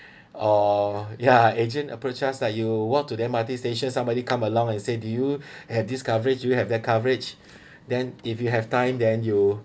oh ya agent approach us lah that you walk to the M_R_T station somebody come along and say do you have this coverage do you have that coverage then if you have time then you